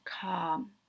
calm